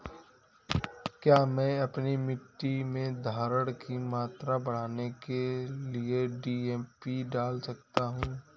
क्या मैं अपनी मिट्टी में धारण की मात्रा बढ़ाने के लिए डी.ए.पी डाल सकता हूँ?